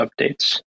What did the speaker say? updates